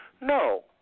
No